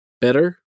better